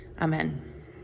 Amen